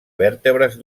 vèrtebres